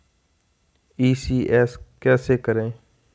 ECS कैसे करें?